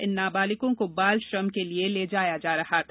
इन नाबालिगों को बालश्रम के लिए ले जाया जा रहा था